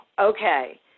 Okay